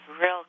real